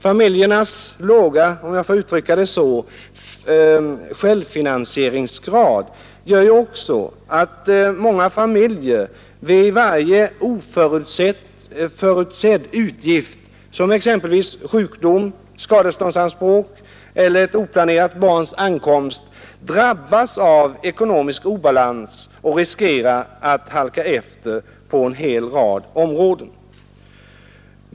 Familjernas låga ”självfinansieringsgrad”, om jag får uttrycka det så, gör också att många familjer vid varje oförutsedd utgift som exempelvis vid sjukdom, skadeståndsanspråk eller ett oplanerat barns ankomst drabbas av ekonomisk obalans och riskerar att halka efter på en rad områden.